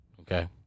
Okay